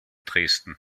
dresden